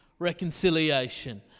reconciliation